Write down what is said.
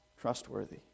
trustworthy